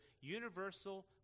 universal